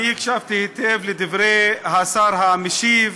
אני הקשבתי היטב לדברי השר המשיב,